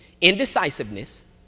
indecisiveness